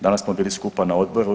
Danas smo bili skupa na odboru.